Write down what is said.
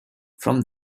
from